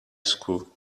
school